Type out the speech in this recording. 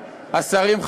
השרים,